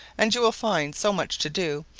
and you will find so much to do,